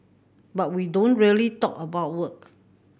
but we don't really talk about work